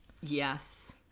Yes